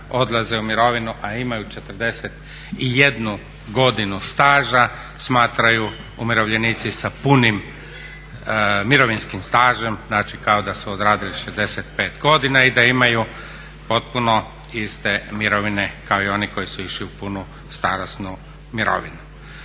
odlaze u mirovinu, a imaju 41 godinu staža, smatraju umirovljenici sa punim mirovinskim stažem, znači kao da su odradili 65 godina i da imaju potpuno iste mirovine kao i oni koji su išli u punu starosnu mirovinu.